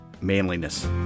manliness